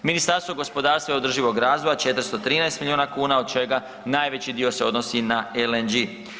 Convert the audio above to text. Ministarstvo gospodarstva i održivog razvoja 413 miliona kuna od čega najveći dio se odnosi na LNG.